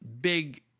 big